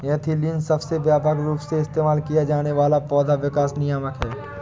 ethylene सबसे व्यापक रूप से इस्तेमाल किया जाने वाला पौधा विकास नियामक है